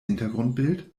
hintergrundbild